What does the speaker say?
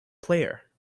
player